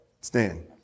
stand